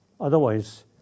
Otherwise